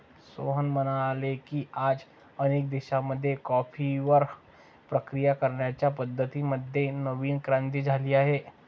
सोहन म्हणाले की, आज अनेक देशांमध्ये कॉफीवर प्रक्रिया करण्याच्या पद्धतीं मध्ये नवीन क्रांती झाली आहे